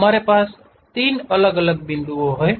हमारे पास 3 अलग अलग बिंदु हैं